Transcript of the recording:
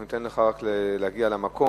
אנחנו ניתן לך רק להגיע למקום.